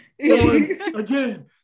again